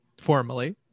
formally